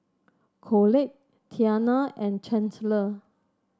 Colette Tiana and Chandler